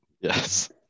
Yes